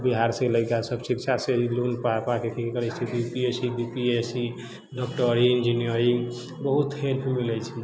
बिहारसँ लड़िका सब शिक्षासे लोन पा पा के करै छै U P S C B P S C डॉक्टरी इंजीनियरिंग बहुत हेल्प मिलै छै